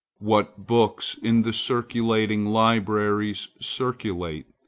what books in the circulating libraries circulate?